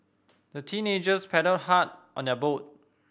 the teenagers paddled hard on their boat